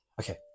Okay